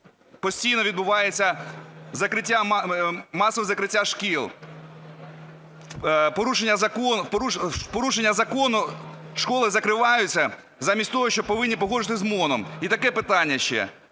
постійно відбувається закриття... масове закриття шкіл, в порушення закону школи закриваються, замість того, що повинні погоджувати з МОН. І таке питання ще.